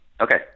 Okay